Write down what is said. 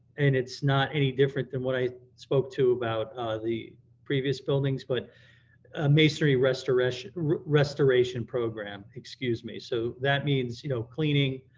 and it's not any different than what i spoke about the previous buildings, but masonry restoration restoration program, excuse me. so that means you know cleaning,